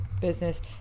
business